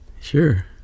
sure